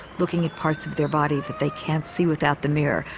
looking at parts of their body that they can't see without the mirror,